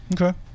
Okay